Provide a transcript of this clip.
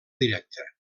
directa